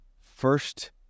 first